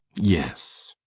yes.